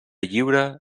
lliure